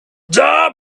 the